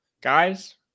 Guys